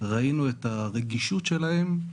ראינו את הרגישות שלהן,